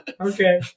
Okay